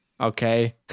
okay